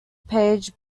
page